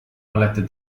olete